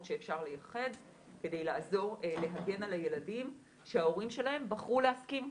שאפשר לייחד כדי לעזור להגן על הילדים שההורים שלהם בחרו להסכים.